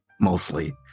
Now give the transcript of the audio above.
mostly